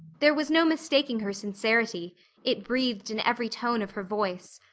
there was no mistaking her sincerity it breathed in every tone of her voice.